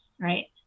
right